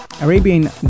Arabian